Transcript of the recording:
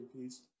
piece